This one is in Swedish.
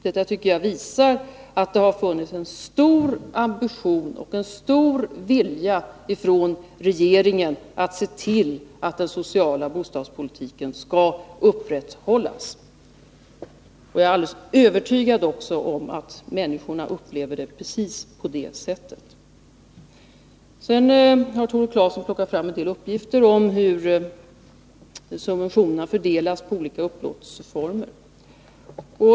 Detta tycker jag visar att det har funnits en stor ambition och en stor vilja från regeringen att se till att den sociala bostadspolitiken skall upprätthållas. Jag är också alldeles övertygad om att människorna upplever det precis på det sättet. Sedan har Tore Claeson plockat fram en del uppgifter om hur subventionerna fördelats på olika upplåtelseformer.